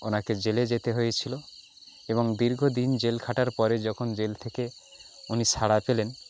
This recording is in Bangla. ওনাকে জেলে যেতে হয়েছিল এবং দীর্ঘ দিন জেল খাটার পরে যখন জেল থেকে উনি ছাড়া পেলেন